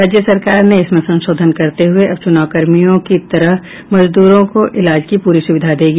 राज्य सरकार ने इसमें संशोधन करते हुये अब चुनावकर्मियों की तरह मजदूरों को इलाज की पूरी सुविधा देगी